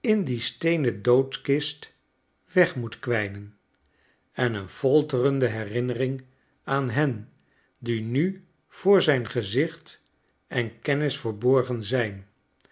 in die steenen doodkist weg moet kwijnen en een folterende herinnering aan hen die nu voor zijn gezicht en kennis verborgen zijn